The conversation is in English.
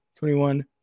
21